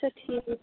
اچھا ٹھیٖک